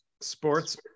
Sports